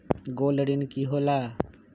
Gold ऋण की होला?